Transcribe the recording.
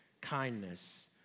kindness